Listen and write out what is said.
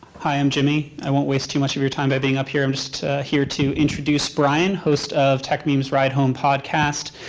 i'm jimmy. i won't waste too much of your time by being up here. i'm just here to introduce brian, host of techmeme's ride home podcast.